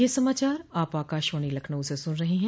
ब क यह समाचार आप आकाशवाणी लखनऊ से सुन रहे हैं